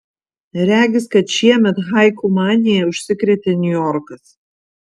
regis kad šiemet haiku manija užsikrėtė niujorkas